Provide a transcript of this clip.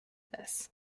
this